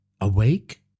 Awake